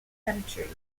centuries